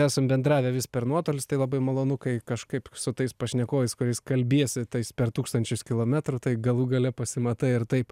esam bendravę vis per nuotolius tai labai malonu kai kažkaip su tais pašnekovais kuriais kalbiesi tais per tūkstančius kilometrų tai galų gale pasimatai ir taip